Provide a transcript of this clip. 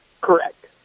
Correct